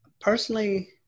Personally